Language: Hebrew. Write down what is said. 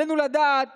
עלינו לדעת